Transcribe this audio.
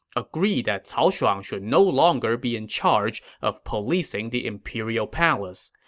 agree that cao shuang should no longer be in charge of policing the imperial palace.